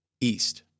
east